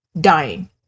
dying